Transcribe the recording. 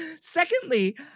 secondly